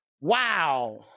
wow